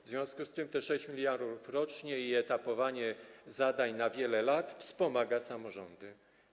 W związku z tym te 6 mld rocznie i etapowanie zadań na wiele lat wspomaga samorządy.